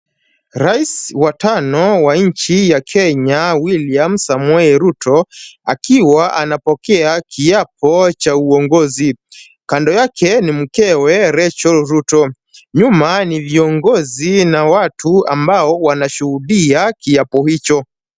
Rais wa tano wa nchi ya Kenya William Samoei Ruto, akiwa anapokea kiapo cha uongozi. Kando yake ni mkewe Rachal Ruto. Nyuma ni viongozi na watu ambao wanashuhudia kiapo hicho.